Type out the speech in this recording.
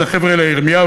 זה החבר'ה האלה: ירמיהו,